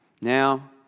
Now